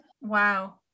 Wow